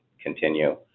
continue